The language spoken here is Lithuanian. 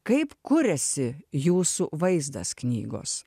kaip kuriasi jūsų vaizdas knygos